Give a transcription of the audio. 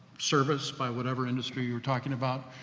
service by whatever industry you're talking about.